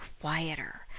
quieter